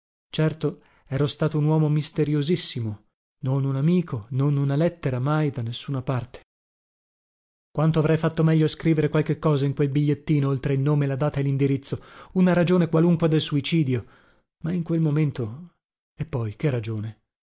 certo ero stato un uomo misteriosissimo non un amico non una lettera mai da nessuna parte quanto avrei fatto meglio a scrivere qualche cosa in quel bigliettino oltre il nome la data e lindirizzo una ragione qualunque del suicidio ma in quel momento e poi che ragione